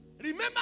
Remember